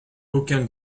aucun